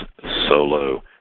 solo